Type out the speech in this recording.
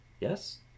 Yes